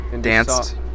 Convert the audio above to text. Danced